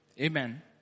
Amen